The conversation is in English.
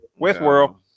Westworld